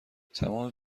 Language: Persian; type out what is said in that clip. تمام